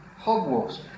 Hogwarts